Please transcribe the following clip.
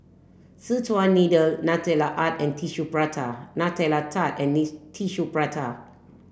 Szechuan Needle Nutella Art and Tissue Prata Nutella Tart and Need Tissue Prata